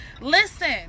Listen